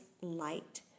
light